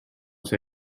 see